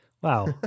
Wow